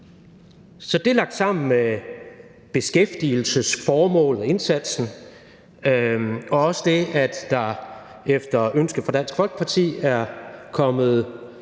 Så det lagt sammen med beskæftigelsesformål og -indsatsen og også det, at der efter ønske fra Dansk Folkeparti er kommet